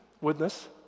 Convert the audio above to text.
witness